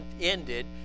ended